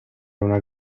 una